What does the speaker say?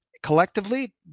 collectively